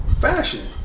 fashion